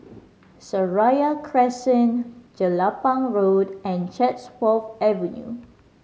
Seraya Crescent Jelapang Road and Chatsworth Avenue